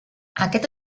aquest